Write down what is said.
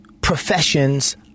professions